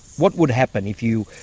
what would happen if you.